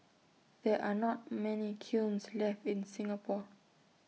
there are not many kilns left in Singapore